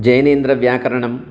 जैनेन्द्रव्याकरणम्